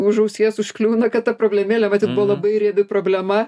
už ausies užkliūna kad ta problemėlė matyt buvo labai riebi problema